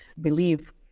believe